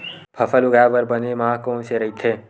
फसल उगाये बर बने माह कोन से राइथे?